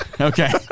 Okay